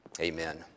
Amen